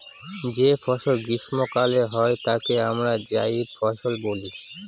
যে ফসল গ্রীস্মকালে হয় তাকে আমরা জাইদ ফসল বলি